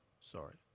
Sorry